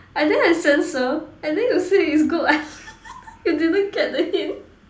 and then I censor and then you said is good you didn't get the hint